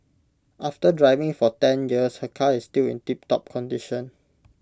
after driving for ten years her car is still in tiptop condition